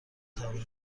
توانم